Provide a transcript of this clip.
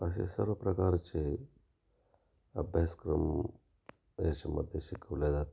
असे सर्व प्रकारचे अभ्यासक्रम याच्यामध्ये शिकवल्या जाते